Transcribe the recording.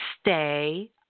stay